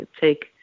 take